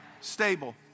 stable